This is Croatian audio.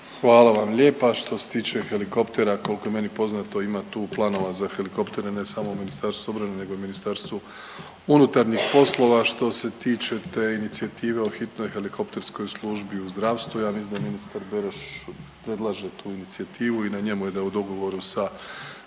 Hvala vam lijepa. Što se tiče helikoptera koliko je meni poznato ima tu planova za helikoptere ne samo u Ministarstvu obrane, nego i Ministarstvu unutarnjih poslova. Što se tiče te inicijative o hitnoj helikopterskoj službi u zdravstvu, ja mislim da ministar Beroš predlaže tu inicijativu i na njemu je da u dogovoru sa